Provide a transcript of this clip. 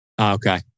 Okay